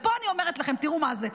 ופה ואני אומרת לכם, תראו מה זה.